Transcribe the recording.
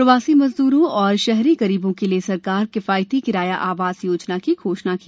प्रवासी मजदरों और शहरी गरीबों के लिए सरकार किफायती किराया आवास योजना की घोषणा की